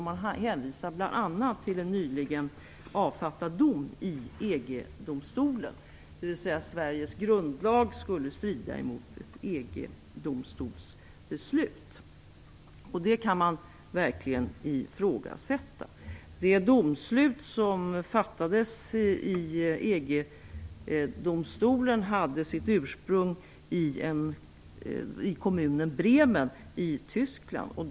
Man hänvisar bl.a. till en nyligen avfattad dom i EG-domstolen, och antyder att Sveriges grundlag skulle strida mot ett EG-domstolsbeslut. Det kan man verkligen ifrågasätta. Det domslut som fattades i EG-domstolen hade sitt ursprung i kommunen Bremen i Tyskland.